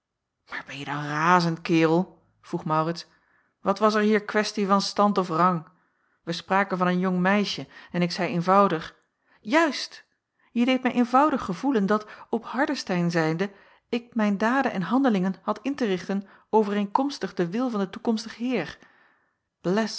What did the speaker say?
maar benje dan razend kerel vroeg maurits wat was er hier questie van stand of rang wij spraken van een jong meisje en ik zeî eenvoudig juist je deedt mij eenvoudig gevoelen dat op hardestein zijnde ik mijn daden en handelingen had in te richten overeenkomstig den wil van den toekomstigen heer bless